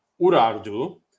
Urardu